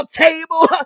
table